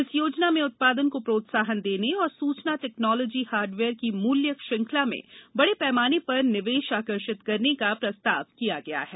इस योजना में उत्पादन को प्रोत्साहन देने और सूचना टैक्नोलॉजी हार्डवेयर की मूल्य श्रृंखला में बड़े पैमाने पर निवेश आकर्षित करने का प्रस्ताव किया गया है